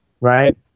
right